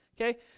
Okay